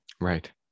Right